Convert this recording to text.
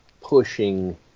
pushing